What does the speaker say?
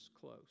close